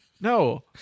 No